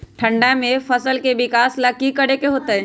ठंडा में फसल के विकास ला की करे के होतै?